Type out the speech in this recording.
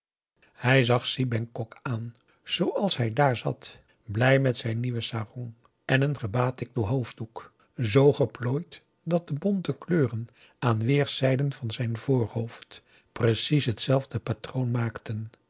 hij zag si bengkok aan zooals hij daar zat blij met zijn nieuwen sarong en een gebatikten hoofddoek zo geplooid dat de bonte kleuren aan weerszijden van zijn voorhoofd precies hetzelfde patroon maakten